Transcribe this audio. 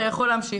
אתה יכול להמשיך.